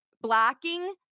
blocking